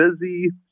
busy